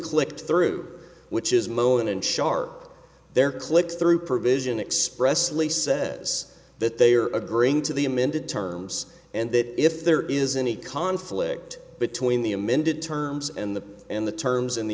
click through which is mowen and sharp there click through provision expressly says that they are agreeing to the amended terms and that if there is any conflict between the amended terms and the and the terms in the